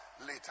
later